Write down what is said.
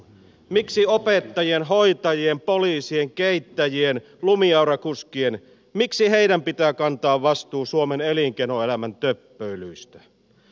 miksi opettajien hoitajien poliisien keittäjien lumiaurakuskien pitää kantaa vastuu suomen elinkeinoelämän töppöilyistä